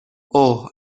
اوه